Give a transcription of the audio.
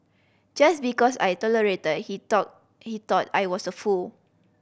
just because I tolerated he thought he thought I was a fool